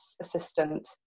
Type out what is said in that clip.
assistant